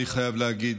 אני חייב להגיד,